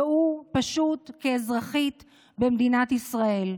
והוא פשוט כאזרחית במדינת ישראל.